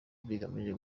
bigamije